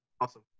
Awesome